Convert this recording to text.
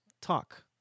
talk